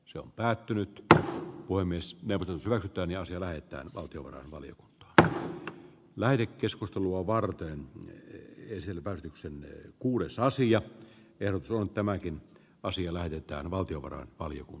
se on päättynyt tai voi myös vältetään ja sillä että valtiovarainvalio tämä väri keskustelua varten hän ei selvää sinkkuudessasi ja peltoon tämäkin asia lähetetään valtiovarain paljuun